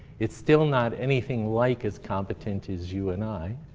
it's still not anything like as competent as you and i,